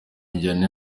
njyana